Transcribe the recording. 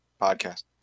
podcast